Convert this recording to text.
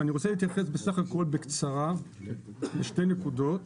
אני רוצה להתייחס בקצרה לשתי נקודות